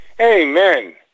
Amen